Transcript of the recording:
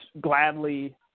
gladly